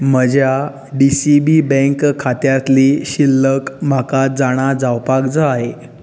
म्हज्या D C B bank खात्यांतली शिल्लक म्हाका जाणा जावपाक जाय